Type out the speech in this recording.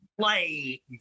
play